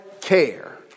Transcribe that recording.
care